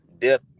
Death